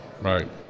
right